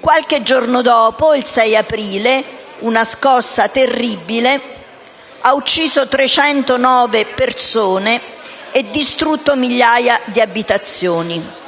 Qualche giorno dopo quella riunione, il 6 aprile, una scossa terribile avrebbe ucciso 309 persone e distrutto migliaia di abitazioni.